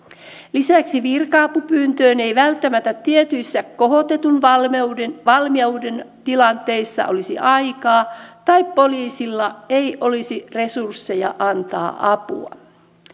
lisäksi virka apupyyntöön ei välttämättä tietyissä kohotetun valmiuden valmiuden tilanteissa olisi aikaa tai poliisilla ei olisi resursseja antaa apua